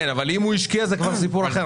כן, אבל אם הוא השקיע, זה כבר סיפור אחר.